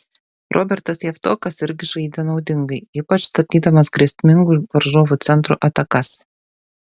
robertas javtokas irgi žaidė naudingai ypač stabdydamas grėsmingų varžovų centrų atakas